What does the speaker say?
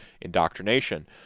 indoctrination